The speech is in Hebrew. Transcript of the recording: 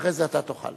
ואחרי זה אתה תוכל.